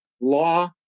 law